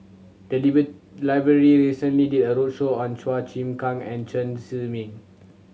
the library recently did a roadshow on Chua Chim Kang and Chen Zhiming